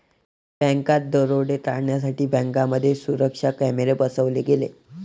बँकात दरोडे टाळण्यासाठी बँकांमध्ये सुरक्षा कॅमेरे बसवले गेले